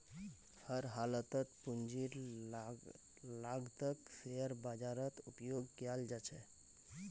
हर हालतत पूंजीर लागतक शेयर बाजारत उपयोग कियाल जा छे